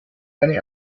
eine